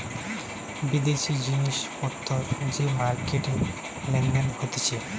বিদেশি জিনিস পত্তর যে মার্কেটে লেনদেন হতিছে